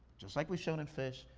just like we've shown in fish,